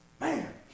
Man